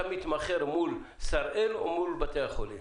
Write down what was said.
אתה מתמחר מול שראל או מול בתי החולים?